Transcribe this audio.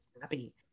happy